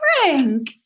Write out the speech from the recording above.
Frank